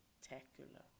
spectacular